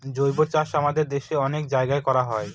জৈবচাষ আমাদের দেশে অনেক জায়গায় করা হয়